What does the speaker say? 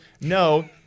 no